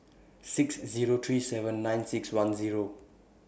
six Zero three seven nine six one Zero